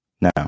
Now